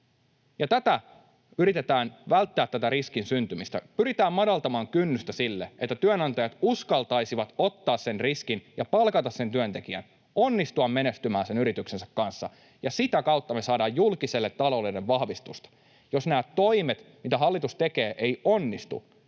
Ja tätä riskin syntymistä yritetään välttää. Pyritään madaltamaan kynnystä sille, että työnantajat uskaltaisivat ottaa sen riskin ja palkata sen työntekijän, onnistua menestymään sen yrityksensä kanssa, ja sitä kautta me saadaan julkiselle taloudelle vahvistusta. Jos nämä toimet, mitä hallitus tekee, eivät onnistu,